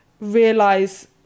realize